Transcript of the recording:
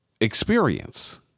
experience